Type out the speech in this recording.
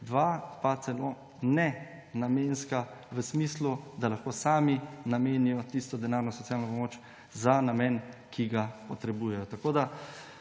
pa celo nenamenski, da lahko sami namenijo tisto denarno socialno pomoč za namen, ki ga potrebujejo.